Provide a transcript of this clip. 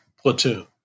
platoon